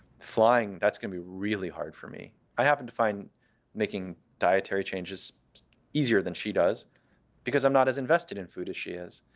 flying, that's going to be really hard for me. i happen to find making dietary changes easier than she does because i'm not as invested in food as she is.